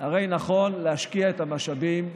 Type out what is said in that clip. עם זה אני מסכים,